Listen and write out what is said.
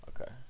Okay